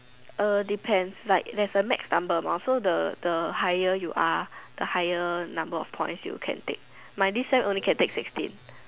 uh depends like there's a max number amount so the the higher you are the higher number of points you can take my this sem only can sixteen